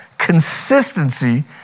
consistency